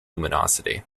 luminosity